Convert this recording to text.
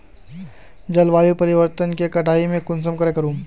जलवायु परिवर्तन के कटाई में कुंसम करे करूम?